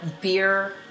beer